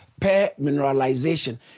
permineralization